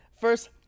First